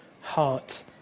heart